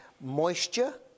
moisture